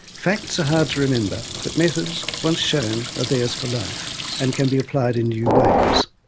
facts are hard to remember but methods, once shown, are theirs for life and can be applied in new ways.